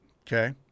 Okay